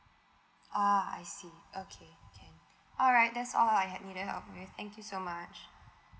ah I see okay can alright that's all I have needed help with thank you so much